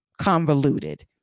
convoluted